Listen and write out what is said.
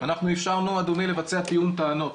אנחנו אפשרנו, אדוני, לבצע תיאום טענות.